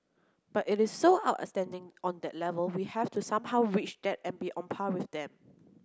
but it is so outstanding on that level we have to somehow reach that and be on par with them